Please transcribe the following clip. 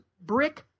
brick